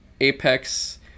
apex